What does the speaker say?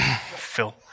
Phil